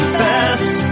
best